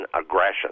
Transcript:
aggression